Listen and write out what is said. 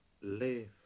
live